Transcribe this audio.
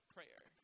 Prayer